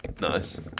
Nice